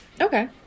Okay